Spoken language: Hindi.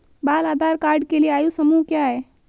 बाल आधार कार्ड के लिए आयु समूह क्या है?